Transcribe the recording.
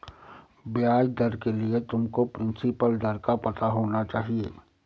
ब्याज दर के लिए तुमको प्रिंसिपल दर का पता होना चाहिए